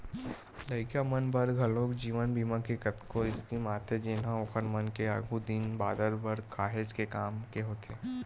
लइका मन बर घलोक जीवन बीमा के कतको स्कीम आथे जेनहा ओखर मन के आघु दिन बादर बर काहेच के काम के होथे